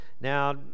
Now